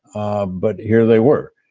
um but here they were.